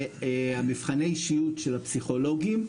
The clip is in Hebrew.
מבחני אישיות של הפסיכולוגים,